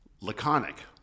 laconic